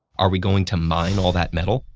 are we going to mine all that metal,